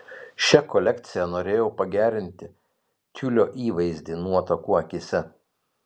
šia kolekcija norėjau pagerinti tiulio įvaizdį nuotakų akyse